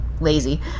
lazy